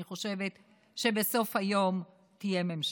אני חושבת שבסוף היום תהיה ממשלה,